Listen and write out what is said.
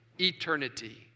eternity